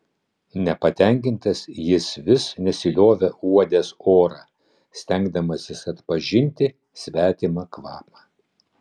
nepatenkintas jis vis nesiliovė uodęs orą stengdamasis atpažinti svetimą kvapą